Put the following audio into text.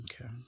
okay